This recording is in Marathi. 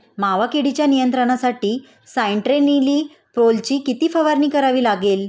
मावा किडीच्या नियंत्रणासाठी स्यान्ट्रेनिलीप्रोलची किती फवारणी करावी लागेल?